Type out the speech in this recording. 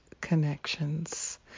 connections